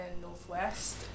Northwest